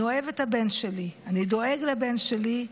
אני אוהב את הבן שלי, אני דואג לבן שלי,